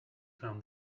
found